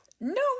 No